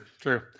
True